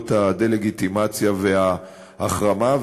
בפעולות הדה-לגיטימציה וההחרמה.